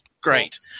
Great